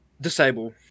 disable